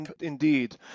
indeed